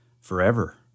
forever